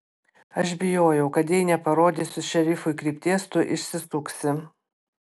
aš bijojau kad jei neparodysiu šerifui krypties tu išsisuksi